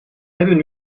hebben